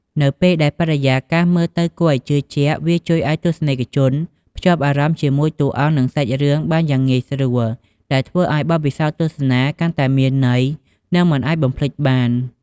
នៅពេលដែលបរិយាកាសមើលទៅគួរឱ្យជឿជាក់ វាជួយឱ្យទស្សនិកជនភ្ជាប់អារម្មណ៍ជាមួយតួអង្គ និងសាច់រឿងបានយ៉ាងងាយស្រួល ដែលធ្វើឱ្យបទពិសោធន៍ទស្សនាកាន់តែមានន័យ និងមិនអាចបំភ្លេចបាន។